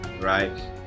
right